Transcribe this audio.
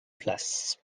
place